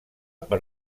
per